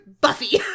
Buffy